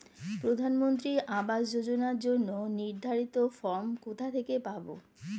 প্রধানমন্ত্রী আবাস যোজনার জন্য নির্ধারিত ফরম কোথা থেকে পাব?